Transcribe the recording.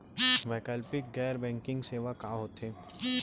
वैकल्पिक गैर बैंकिंग सेवा का होथे?